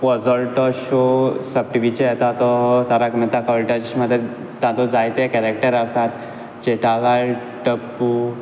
परजळटो show SAB टिव्हीचेर येता तो तारक मेहता का उलटा चश्मा तातूंत जायते केरेक्टर आसात जेठालाल टप्पू